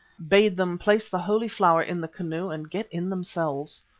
bade them place the holy flower in the canoe and get in themselves.